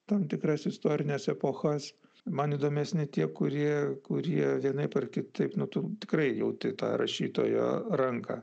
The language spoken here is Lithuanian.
tam tikras istorines epochas man įdomesni tie kurie kurie vienaip ar kitaip nu tų tikrai jauti tą rašytojo ranką